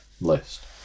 List